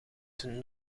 ten